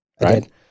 right